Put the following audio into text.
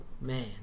man